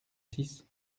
six